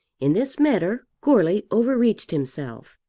in this matter goarly overreached himself.